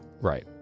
Right